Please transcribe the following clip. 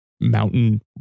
Mountain